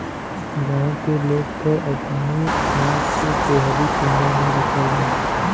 गांव के लोग त अपने अनाज के डेहरी कुंडा में रखलन